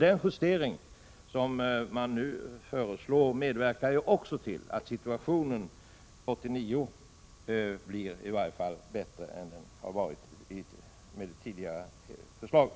Den justering som man nu föreslår medverkar också till att situationen 1989 i varje fall blir bättre än den har varit enligt det tidigare förslaget.